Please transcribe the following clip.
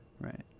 right